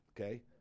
okay